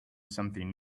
something